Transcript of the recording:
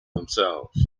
themselves